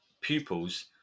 pupils